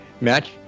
Matt